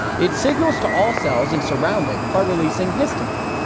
it signals to all cells in surrounding by releasing histamine.